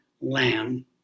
Lamb